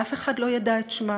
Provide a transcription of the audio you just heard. ואף אחד לא ידע את שמה.